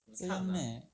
can meh